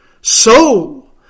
So